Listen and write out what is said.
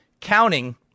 counting